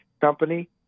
company